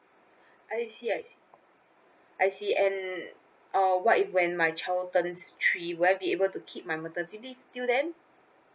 I see I see I see and uh what if when my child turns three would I be able to keep my maternity leave till then